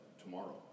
tomorrow